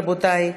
רבותי,